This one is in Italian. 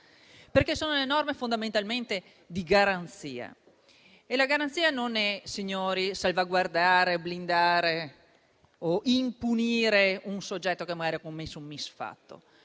perché sono fondamentalmente misure di garanzia. Colleghi, garanzia non è salvaguardare, blindare o non punire un soggetto che magari ha commesso un misfatto.